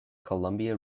columbia